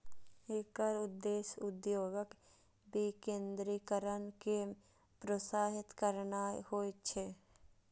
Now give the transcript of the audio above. एकर उद्देश्य उद्योगक विकेंद्रीकरण कें प्रोत्साहित करनाय होइ छै